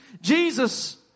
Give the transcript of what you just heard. Jesus